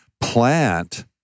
plant